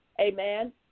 Amen